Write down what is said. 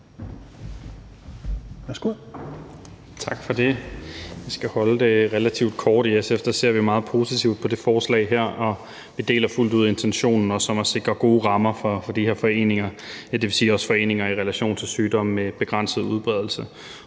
Tak for det. Jeg skal gøre det relativt kort. I SF ser vi meget positivt på det forslag her, og vi deler fuldt ud intentionen om at sikre gode rammer for de her foreninger, ja, dvs. også foreninger i relation til sygdomme med begrænset udbredelse.